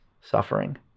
suffering